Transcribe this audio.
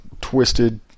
twisted